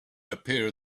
appear